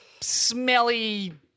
smelly